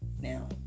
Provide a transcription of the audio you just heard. Now